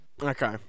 Okay